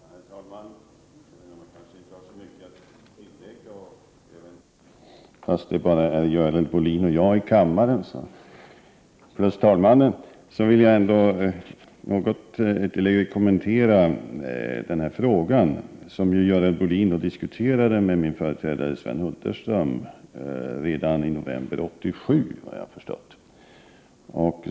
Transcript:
Herr talman! Även om jag kanske inte har så mycket att tillägga och det bara är Görel Bohlin och jag i kammaren — plus talmannen — vill jag ändå något ytterligare kommentera den fråga som Görel Bohlin diskuterade med min företrädare Sven Hulterström redan i november 1987, vad jag har förstått.